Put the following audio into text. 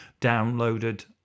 downloaded